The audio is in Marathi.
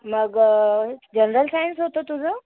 मग जनरल सायन्स होतं तुझं